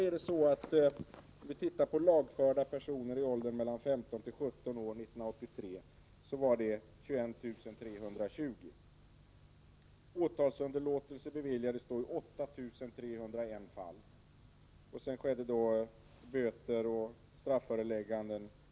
År 1983 lagfördes sammanlagt 21320 personer i åldern 15-17 år. Åtalsunderlåtelse beviljades i 8 301 fall. Ca 11 000 av dessa ungdomar fick böter och strafförelägganden.